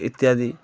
ଇତ୍ୟାଦି